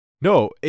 No